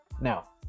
now